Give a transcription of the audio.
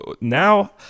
Now